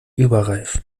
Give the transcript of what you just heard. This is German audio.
überreif